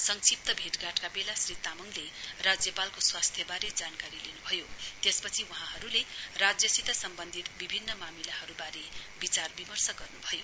संक्षिप्त भेटघाटका बेला वहाँले राज्यपालको स्वास्थ्यबारे जानकारी लिन्भयो त्यस पछि वहाँहरूले राज्यसित सम्बन्धित विभिन्न मामिलाहरूबारे विचारविमर्श गर्नुभयो